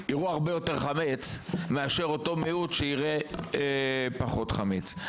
יראו הרבה יותר חמץ מאשר אותו מיעוט שיראה פחות חמץ.